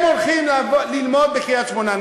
דיברנו על קריית-שמונה.